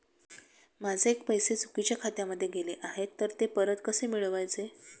माझे पैसे चुकीच्या खात्यामध्ये गेले आहेत तर ते परत कसे मिळवायचे?